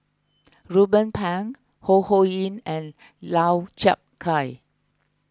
Ruben Pang Ho Ho Ying and Lau Chiap Khai